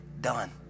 done